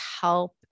help